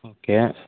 okay